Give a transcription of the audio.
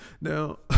Now